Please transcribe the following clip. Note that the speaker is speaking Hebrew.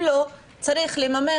אם לא, יש לממן